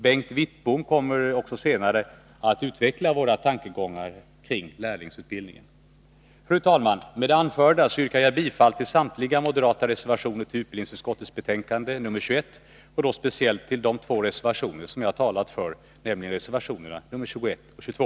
Bengt Wittbom kommer senare att utveckla våra tankegångar kring lärlingsutbildningen. Fru talman! Med det anförda yrkar jag bifall till samtliga moderata reservationer vid utbildningsutskottets betänkande nr 21 och då speciellt till de två reservationer som jag här talat för, nämligen reservationerna nr 21 och 22.